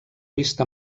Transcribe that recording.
vista